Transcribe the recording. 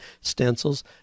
stencils